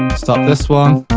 stop this one,